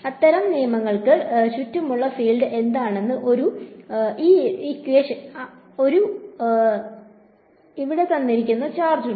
അത്തരം കാര്യങ്ങൾക്ക് ചുറ്റുമുള്ള ഫീൽഡ് എന്താണെന്ന് ഒരു ചാർജ് ഉണ്ട്